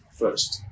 first